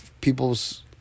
people's